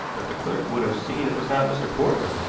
but the clerk would have seen it was not mr. portman,